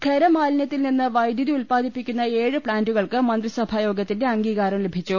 ഖരമാലിന്യത്തിൽ നിന്ന് വൈദ്യുതി ഉൽപ്പാദിപ്പിക്കുന്ന ഏഴ് പ്താന്റുകൾക്ക് മന്ത്രിസഭായോഗത്തിന്റെ അംഗീകാരം ലഭിച്ചു